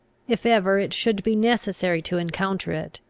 if ever it should be necessary to encounter it,